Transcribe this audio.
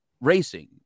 racing